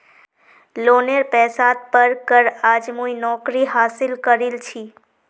लोनेर पैसात पढ़ कर आज मुई नौकरी हासिल करील छि